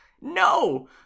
No